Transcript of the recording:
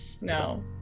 no